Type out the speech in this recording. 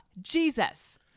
Jesus